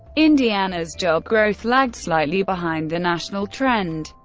indiana's job growth lagged slightly behind the national trend.